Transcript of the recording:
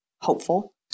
hopeful